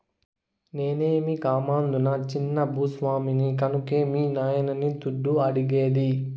నేనేమీ కామందునా చిన్న భూ స్వామిని కన్కే మీ నాయన్ని దుడ్డు అడిగేది